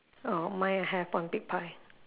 oh mine have one big pie